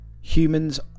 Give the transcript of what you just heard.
Humans